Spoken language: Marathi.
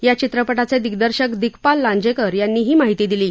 या चित्रपटाचे दिग्दर्शक दिग्पाल लांजेकर यांनी ही माहिती दिली आहे